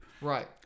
Right